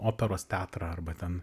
operos teatrą arba ten